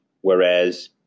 whereas